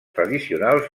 tradicionals